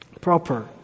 proper